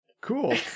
cool